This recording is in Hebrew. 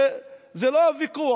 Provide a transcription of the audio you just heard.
זה לא הוויכוח.